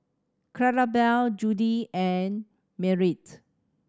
Clarabelle Jody and Merritt